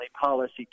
Policy